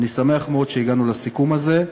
ואני שמח מאוד שהגענו לסיכום הזה.